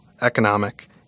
economic